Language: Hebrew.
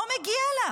לא מגיע לה.